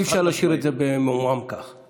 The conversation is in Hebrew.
אי-אפשר להשאיר את זה מעומעם כך.